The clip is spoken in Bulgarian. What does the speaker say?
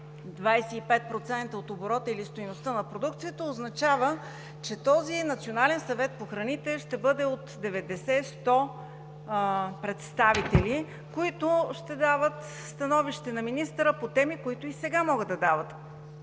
25% от оборота или стойността на продукцията – означава, че този Национален съвет по храните ще бъде от 90 – 100 представители, които ще дават становища на министъра по теми, които и сега могат да дават